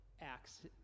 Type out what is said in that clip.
Acts